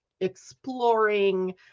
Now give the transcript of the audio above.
exploring